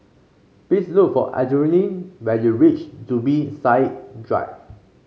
please look for Adrienne when you reach Zubir Said Drive